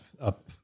up